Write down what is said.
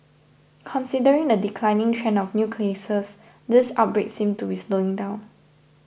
considering the declining trend of new cases this outbreak seems to be slowing down